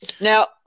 Now